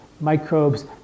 microbes